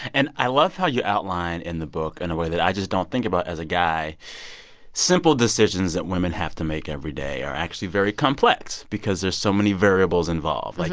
and i love how you outline in the book in and a way that i just don't think about as a guy simple decisions that women have to make every day are actually very complex because there are so many variables involved. like,